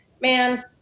Man